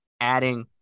adding